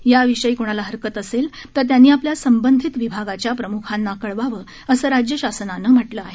याविषयी कोणाला हरकत असेल तर त्यांनी आपल्या संबंधित विभागाच्या प्रमुखांना कळवावं असं राज्य शासनानं म्हटलं आहे